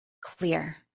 clear